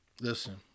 listen